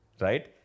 Right